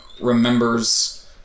remembers